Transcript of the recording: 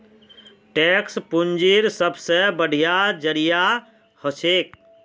tax पूंजीर सबसे बढ़िया जरिया हछेक